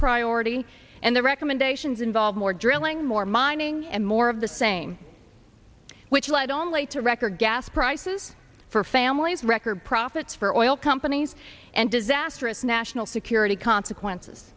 priority and their recommendations involve more drilling more mining and more of the same which led only to record gas prices for families record profits for oil companies and disastrous national security consequences